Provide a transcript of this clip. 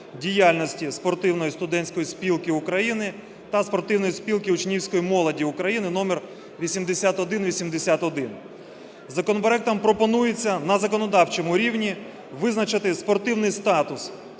Спортивної студентської спілки України та Спортивної спілки учнівської молоді України) (№ 8181). Законопроектом пропонується на законодавчому рівні визначити спортивний статус Спортивної студентської спілки України та